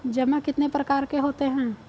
जमा कितने प्रकार के होते हैं?